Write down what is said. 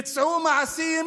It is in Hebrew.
ביצעו מעשים